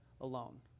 alone